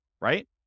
right